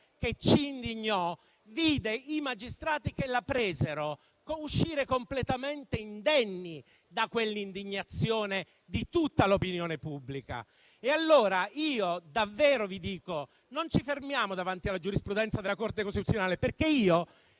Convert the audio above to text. che ci indignò, vide i magistrati che la emisero uscire completamente indenni da quell'indignazione di tutta l'opinione pubblica. Allora davvero vi dico: non ci fermiamo davanti alla giurisprudenza della Corte costituzionale, perché -